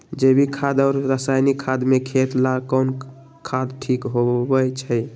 जैविक खाद और रासायनिक खाद में खेत ला कौन खाद ठीक होवैछे?